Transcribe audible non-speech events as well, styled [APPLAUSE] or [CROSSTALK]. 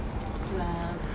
ya [LAUGHS]